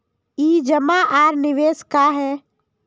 ई जमा आर निवेश का है?